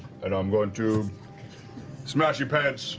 and i'm going to smashy pants